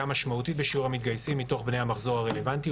משמעותית בשיעור המתגייסים מתוך בני המחזור הרלוונטי,